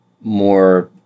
more